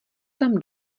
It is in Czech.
tam